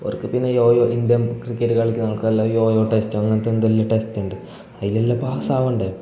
ഓർക്ക് പിന്നെ yo yo Indian cricket കളിക്കുന്ന ആൾക്കാരെല്ല യോ യോ ടെസ്റ്റ് അങ്ങനത്തെ എന്തെല്ലാം ടെസ്റ്റൊണ്ട് അയിലെല്ലാം പാസ്സാവണ്ടെ